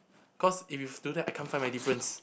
cause if you do that I can't find my difference